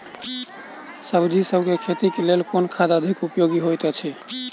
सब्जीसभ केँ खेती केँ लेल केँ खाद अधिक उपयोगी हएत अछि?